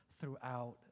throughout